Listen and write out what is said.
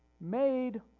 made